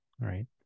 Right